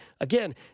again